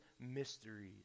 mysteries